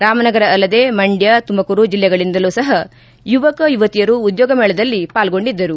ರಾಮನಗರ ಅಲ್ಲದೆ ಮಂಡ್ಯ ತುಮಕೂರು ಜಿಲ್ಲೆಗಳಿಂದಲೂ ಸಪ ಯುವಕ ಯುವತಿಯರು ಉದ್ಯೋಗ ಮೇಳದಲ್ಲಿ ಪಾಲ್ಗೊಂಡಿದ್ದರು